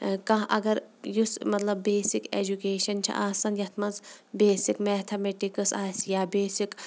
کانہہ اَگر یُس مطلب بیسِک ایجوٗکیشن چھُ آسان یَتھ منٛز بیسِک میتھامیٹِکس آسہِ یا بیسِک